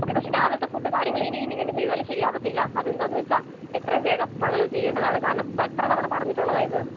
okay പക്ഷെ രാവിലത്തെ food കാര്യങ്ങള് ഇനിയും ഇങ്ങനെ ചെയ്താല് ശെരിയാവാത്തില്ല അതെന്താന്ന് വെച്ചാൽ എത്രയും വേഗം താങ്കൾ ചെയ്യേണ്ടതാണ് കാരണം ഇപ്പം എത്ര തവണ പറഞ്ഞിട്ടുള്ളതാണ് ഇത്